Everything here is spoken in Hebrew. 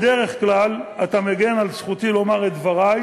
בדרך כלל אתה מגן על זכותי לומר את דברי.